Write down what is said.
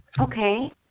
Okay